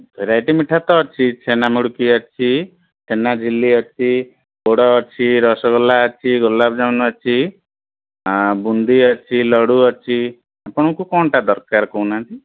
variety ମିଠା ତ ଅଛି ଛେନା ମୁଡ଼କି ଅଛି ଛେନାଝିଲ୍ଲି ଅଛି ପୋଡ଼ ଅଛି ରସଗୋଲା ଅଛି ଗୋଲାପଜାମୁନ ଅଛି ବୁନ୍ଦି ଅଛି ଲଡ଼ୁ ଅଛି ଆପଣଙ୍କୁ କଣଟା ଦରକାର କହୁନାହାଁନ୍ତି